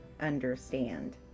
understand